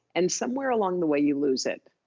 and somewhere along the way you lose it,